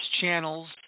channels